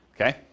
Okay